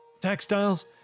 textiles